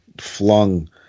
flung